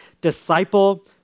disciple